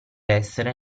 essere